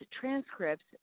transcripts